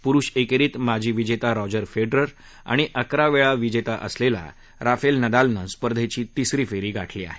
पुरुष एकेरीत माजी विजेता रॉजर फेडरर आणि अकरा वेळा विजेता असलेला राफेल नदालनं स्पर्धेची तिसरी फेरी गाठली आहे